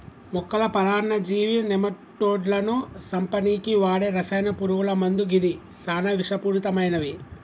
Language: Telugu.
మొక్కల పరాన్నజీవి నెమటోడ్లను సంపనీకి వాడే రసాయన పురుగుల మందు గిది సానా విషపూరితమైనవి